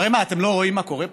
הרי מה, אתם לא רואים מה קורה פה?